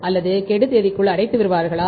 அல்லது கெடு தேதிக்குள் அடைத்து விடுவார்களா